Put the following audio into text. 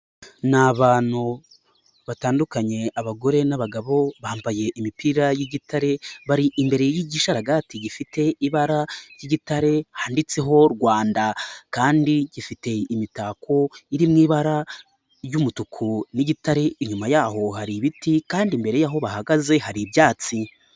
Ni abantu batandukanye abagore n'abagabo, bambaye imipira y'igitare, bari imbere yigisharagati gifite ibara ry'igitare, handitseho Rwanda kandi gifite imitako iri mu ibara ry'umutuku n'igitare, inyuma yaho hari ibiti kandi imbere yaho bahagaze hari ibyatsi.